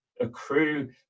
accrue